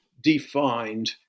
defined